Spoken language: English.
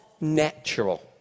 natural